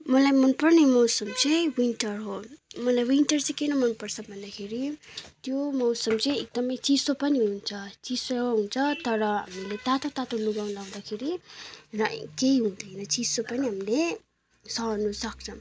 मलाई मन पर्ने मौसम चाहिँ विन्टर हो मलाई विन्टर चाहिँ किन मनपर्छ भन्दाखेरि त्यो मौसम चाहिँ एकदमै चिसो पनि हुन्छ चिसो हुन्छ तर हामीले तातो तातो लुगा लाउँदाखेरि र केही हुँदैन चिसो पनि हामीले सहनु सक्छ